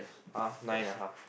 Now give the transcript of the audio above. uh nine and a half